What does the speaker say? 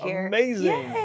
amazing